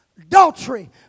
Adultery